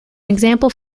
example